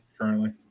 currently